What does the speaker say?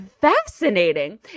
fascinating